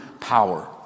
power